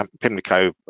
Pimlico